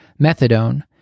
methadone